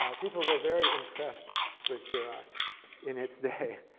people were very impressed with xerox in its day.